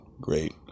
great